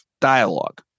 dialogue